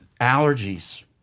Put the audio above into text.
allergies